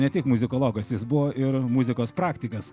ne tik muzikologas jis buvo ir muzikos praktikas